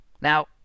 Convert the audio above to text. Now